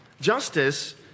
justice